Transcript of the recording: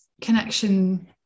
connection